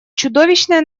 чудовищное